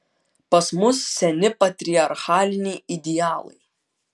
pas mus seni patriarchaliniai idealai